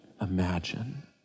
imagine